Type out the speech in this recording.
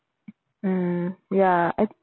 mm ya I